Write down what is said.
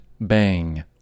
bang